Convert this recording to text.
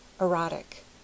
Erotic